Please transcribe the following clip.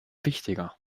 wichtiger